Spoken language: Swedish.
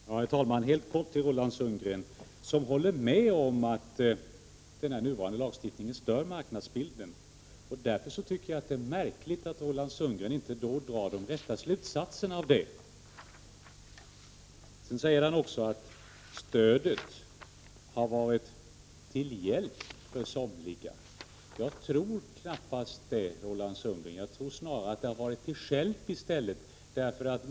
Herr talman! Helt kort vill jag vända mig till Roland Sundgren, som håller med om att den nuvarande lagstiftningen stör marknadsbilden. Därför tycker jag att det är märkligt att Roland Sundgren inte drar de rätta slutsatserna av det. Sedan säger han också att regleringen har varit till hjälp för somliga. Jag tror knappast det, Roland Sundgren. Jag tror snarare att den stjälpt i stället.